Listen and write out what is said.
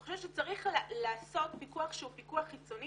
אני חושבת שצריך לעשות פיקוח שהוא פיקוח חיצוני